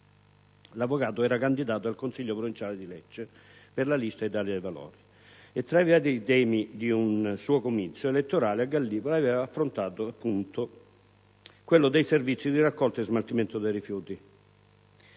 L'avvocato era candidato al Consiglio provinciale di Lecce per la lista Italia dei Valori e tra i vari temi di un suo comizio elettorale a Gallipoli aveva affrontato quello dei servizi di raccolta e smaltimento dei rifiuti